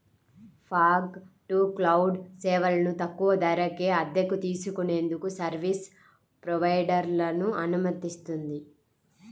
fog to cloud సేవలను తక్కువ ధరకే అద్దెకు తీసుకునేందుకు సర్వీస్ ప్రొవైడర్లను అనుమతిస్తుంది